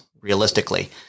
realistically